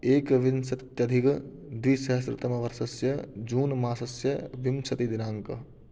एकविंशत्यधिकद्विसहस्रतमवर्षस्य जून् मासस्य विंशतिदिनाङ्कः